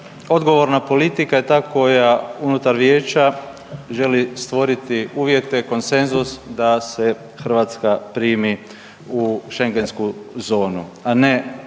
odgovorna politika je ta koja unutar Vijeća želi stvoriti uvjete, konsenzus da se Hrvatska primi u schengensku zonu, a ne